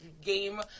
Game